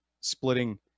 splitting